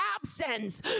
absence